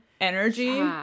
energy